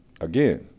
again